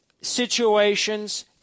situations